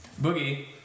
Boogie